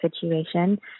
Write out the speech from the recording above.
situation